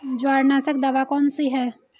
जवारनाशक दवा कौन सी है?